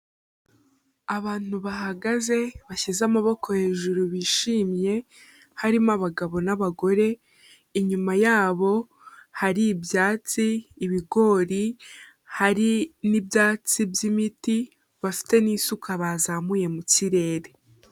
Abantu bahagaze bashyize amaboko h ejuru